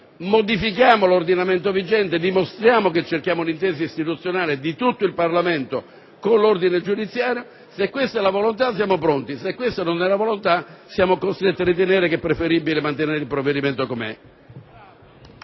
Modifichiamo l'ordinamento vigente, dimostriamo che cerchiamo l'intesa istituzionale di tutto il Parlamento con l'ordine giudiziario. Se questa è la volontà siamo pronti, se questa non è la volontà siamo costretti a ritenere preferibile mantenere il provvedimento così